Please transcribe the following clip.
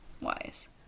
Wise